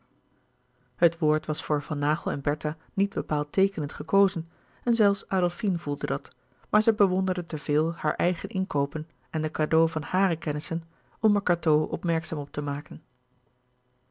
het woord was voor van naghel en bertha niet bepaald teekenend gekozen en zelfs adolfine voelde dat maar zij bewonderde te veel haar louis couperus de boeken der kleine zielen eigen inkoopen en de cadeaux van hàre kennissen om er cateau opmerkzaam op te maken